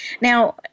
Now